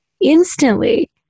instantly